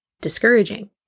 discouraging